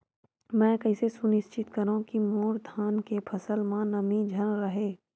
मैं कइसे सुनिश्चित करव कि मोर धान के फसल म नमी झन रहे?